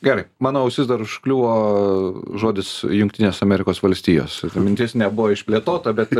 gerai mano ausis dar užkliuvo žodis jungtinės amerikos valstijos mintis nebuvo išplėtota bet